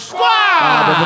Squad